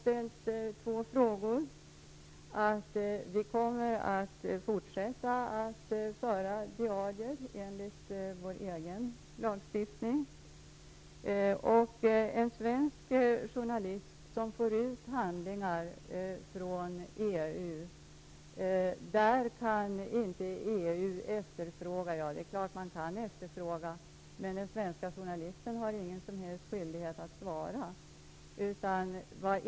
Jag kan säga att vi kommer att fortsätta att föra diarier enligt vår egen lagstiftning. En svensk journalist som får ut handlingar från EU har ingen som helst skyldighet att svara vid efterfrågningar.